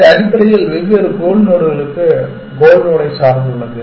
இது அடிப்படையில் வெவ்வேறு கோல் நோடுகளுக்கு கோல் நோடை சார்ந்துள்ளது